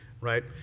Right